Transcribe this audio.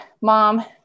mom